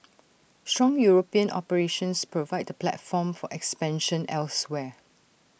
strong european operations provide the platform for expansion elsewhere